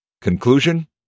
Conclusion